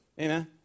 Amen